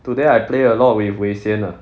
today I play a lot with wei xian ah